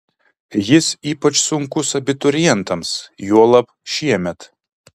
jis ypač sunkus abiturientams juolab šiemet